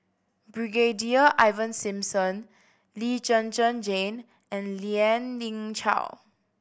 Brigadier Ivan Simson Lee Zhen Zhen Jane and Lien Ying Chow